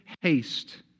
haste